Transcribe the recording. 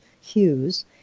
hues